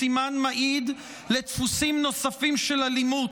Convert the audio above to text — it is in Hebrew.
היא סימן מעיד לדפוסים נוספים של אלימות,